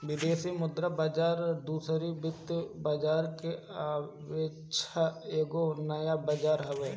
विदेशी मुद्रा बाजार दूसरी वित्तीय बाजार के अपेक्षा एगो नया बाजार हवे